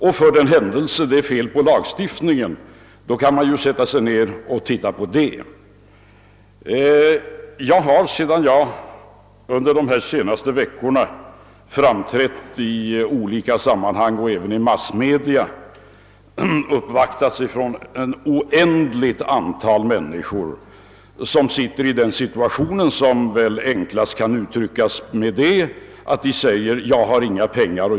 Om det är fel på lagstiftningen kan man sedan rikta uppmärksamheten på det. Sedan jag under de senaste veckorna framträtt i olika sammanhang, även i massmedia, har jag uppvaktats av ett oändligt antal människor som sagt: »Jag har inga pengar.